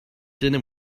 dinner